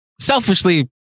selfishly